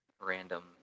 random